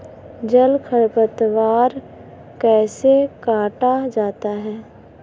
जल खरपतवार कैसे काटा जाता है?